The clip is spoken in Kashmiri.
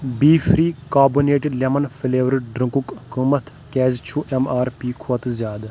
B free carbonated lemon flavour ڈرِنٛکُک قۭمتھ کیٛازِ چھُ ایم آر پی کھۄتہٕ زیادٕ